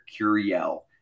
Curiel